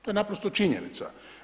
To je naprosto činjenica.